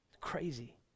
crazy